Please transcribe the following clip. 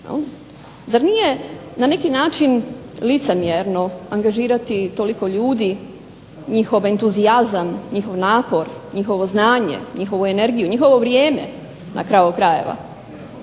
Zar nije na neki način licemjerno angažirati toliko ljudi, njihov entuzijazam, njihov napor, njihovo znanje, njihovu energiju, njihovo vrijeme na kraju krajeva,